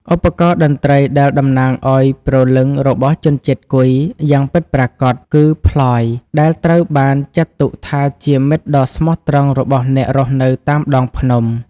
ឧបករណ៍តន្ត្រីដែលតំណាងឲ្យព្រលឹងរបស់ជនជាតិគុយយ៉ាងពិតប្រាកដគឺ ផ្លយ ដែលត្រូវបានចាត់ទុកថាជាមិត្តដ៏ស្មោះត្រង់របស់អ្នករស់នៅតាមដងភ្នំ។